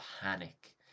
panic